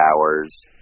hours